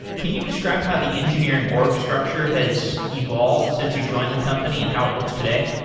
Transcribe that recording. can you describe how the engineering org structure has evolved since you joined the company and how it looks today?